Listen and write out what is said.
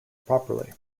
properly